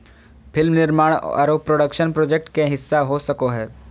film निर्माण आरो production project के हिस्सा हो सको हय